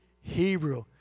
Hebrew